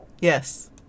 Yes